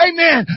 Amen